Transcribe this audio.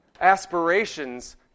aspirations